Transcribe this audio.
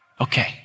Okay